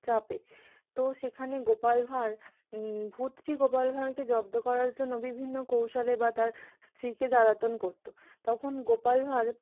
চাপে তো সেখানে গোপাল ভাঁড় ভূতটি গোপাল ভাঁড়কে জব্দ করার জন্য বিভিন্ন কৌশলে বা তার স্ত্রীকে জ্বালাতন করত তখন গোপাল ভাঁড়